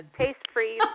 taste-free